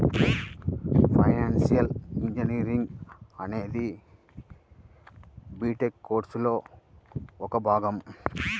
financial engineering అనేది BTech కోర్సులో ఒక భాగం